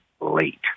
late